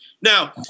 Now